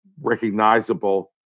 recognizable